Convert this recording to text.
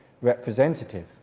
representative